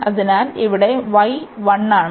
അതിനാൽ ഇവിടെ y 1 ആണ്